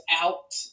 out